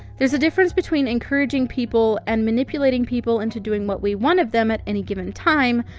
there's a difference between encouraging people and manipulating people into doing what we want of them at any given time,